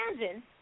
imagine